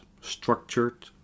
structured